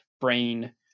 brain